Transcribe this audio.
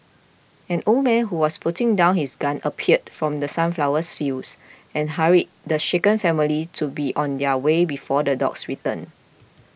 an old man who was putting down his gun appeared from The Sunflowers fields and hurried the shaken family to be on their way before the dogs return